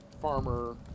farmer